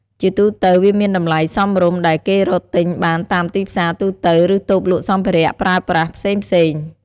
ជាទូទៅវាមានតម្លៃសមរម្យ ដែលគេរកទិញបានតាមទីផ្សារទូទៅ ឬតូបលក់សម្ភារៈប្រើប្រាស់ផ្សេងៗ។